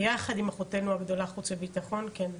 ביחד עם אחותנו הגדולה חוץ וביטחון, כן.